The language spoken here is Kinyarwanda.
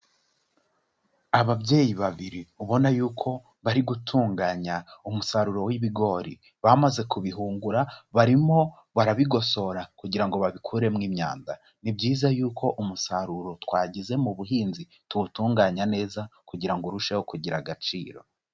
Ababyeyi babiri ubona yuko bari gutunganya umusaruro w'ibigori, bamaze kubihungura barimo barabigosora kugira babikuremo imyanda. Ni byiza yuko umusaruro twagize mu buhinzi tuwutunganya neza kugirango urusheho kugira agaciro.